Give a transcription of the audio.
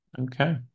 Okay